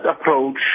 approach